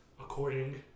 According